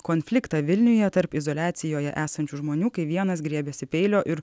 konfliktą vilniuje tarp izoliacijoje esančių žmonių kai vienas griebėsi peilio ir